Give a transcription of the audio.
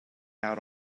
out